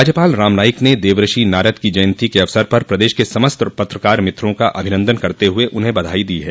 राज्यपाल राम नाइक ने देवर्षि नारद की जयन्ती के अवसर पर प्रदेश के समस्त पत्रकार मित्रों का अभिनन्दन करते हुए उन्हें बधाई दी है